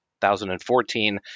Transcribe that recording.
2014